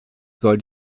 soll